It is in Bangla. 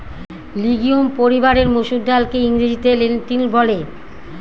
লিগিউম পরিবারের মসুর ডালকে ইংরেজিতে লেন্টিল বলে